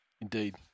Indeed